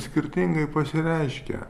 skirtingai pasireiškia